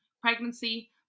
pregnancy